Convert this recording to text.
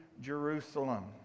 Jerusalem